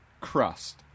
crust